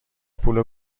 پول